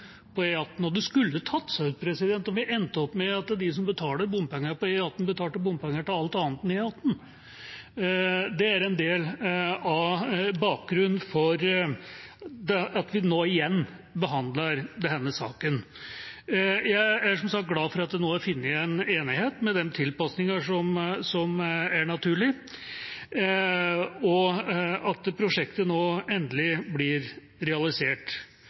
på E18. Det skulle tatt seg ut om vi endte med at de som betaler bompenger på E18, betaler bompenger til alt annet enn E18. Det er en del av bakgrunnen for at vi nå igjen behandler denne saken. Jeg er som sagt glad for at det nå er funnet en enighet, med de tilpasninger som er naturlig, og at prosjektet nå endelig blir realisert.